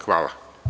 Hvala.